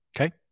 okay